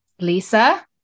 Lisa